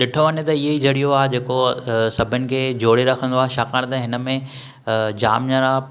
ॾिठो वञे त इअं ई ज़रियो आहे जेको सभिनि खे जोड़े रखंदो आहे छाकाणि त हिन में जाम ॼणा